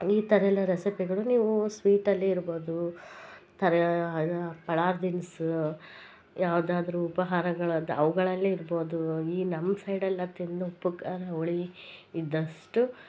ಈ ಥರ ಎಲ್ಲ ರೆಸಿಪಿಗಳು ನೀವು ಸ್ವೀಟಲ್ಲಿ ಇರ್ಬೋದು ಥರ ಪಳಾ ಪಳಾದೀನ್ಸ್ ಯಾವ್ದಾದರು ಉಪಹಾರಗಳದ ಅವ್ಗಳಲ್ಲಿ ಇರ್ಬೋದು ಈ ನಮ್ಮ ಸೈಡಲ್ಲ ತಿನ್ ಉಪ್ಪು ಖಾರ ಹುಳಿ ಇದ್ದಷ್ಟು